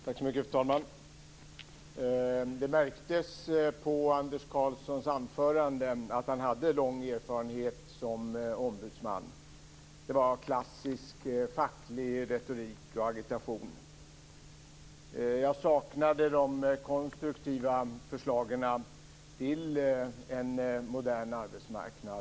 Fru talman! Det märktes på Anders Karlssons anförande att han har lång erfarenhet som ombudsman. Det var klassisk facklig retorik och agitation. Jag saknade de konstruktiva förslagen till en modern arbetsmarknad.